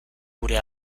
gure